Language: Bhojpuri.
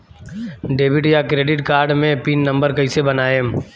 डेबिट या क्रेडिट कार्ड मे पिन नंबर कैसे बनाएम?